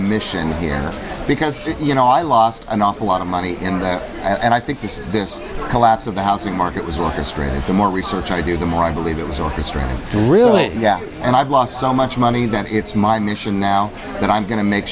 mission here because you know i lost an awful lot of money in that and i think this this collapse of the housing market was orchestrated the more research i do the more i believe it was orchestrated really and i've lost so much money that it's my mission now and i'm going to make